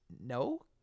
no